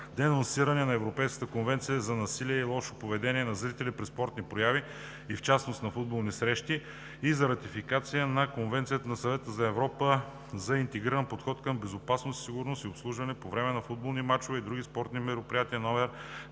денонсиране на Европейската конвенция за насилието и лошото поведение на зрители при спортни прояви и в частност на футболни срещи и за ратифициране на Конвенцията на Съвета на Европа за интегриран подход към безопасност, сигурност и обслужване по време на футболни мачове и други спортни мероприятия, №